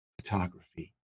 photography